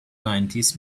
nineties